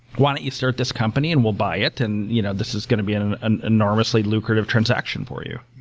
why don't you start this company, and we'll buy it, and you know this is going to be an an enormously lucrative transaction for you?